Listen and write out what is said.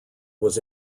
was